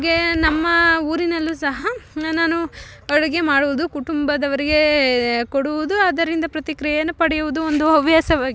ಹಾಗೇ ನಮ್ಮ ಊರಿನಲ್ಲು ಸಹ ನನ್ನನ್ನು ಅಡುಗೆ ಮಾಡುವುದು ಕುಟುಂಬದವರಿಗೇ ಕೊಡುವುದು ಆದ್ದರಿಂದ ಪ್ರತಿಕ್ರಿಯೆಯನ್ನು ಪಡೆಯುವುದು ಒಂದು ಹವ್ಯಾಸವಾಗಿದೆ